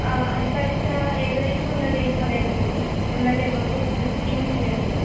ആ അടുത്ത ആഴ്ച്ച ഏകദേശം ഒന്ന് ഡേറ്റ് പറയാൻ പറ്റുമോ എന്നാലേ നമുക്ക് ബുക്കിങ്ങ് ചെയ്യാൻ ഒക്കൂ